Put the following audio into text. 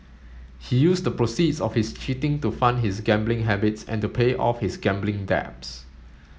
he used the proceeds of his cheating to fund his gambling habits and to pay off his gambling debts